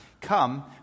come